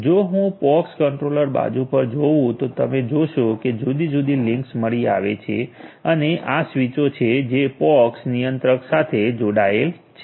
જો હું POX controller બાજુ પર જઉં તો તમે જોશો કે જુદી જુદી લિંક્સ મળી આવી છે અને આ સ્વીચો છે જે POX નિયંત્રક સાથે જોડાયેલ છે